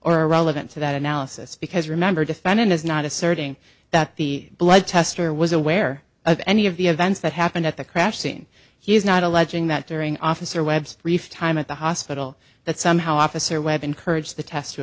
irrelevant to that analysis because remember defendant is not asserting that the blood test or was aware of any of the events that happened at the crash scene he is not alleging that during officer webb's brief time at the hospital that somehow officer webb encouraged the test to